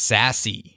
Sassy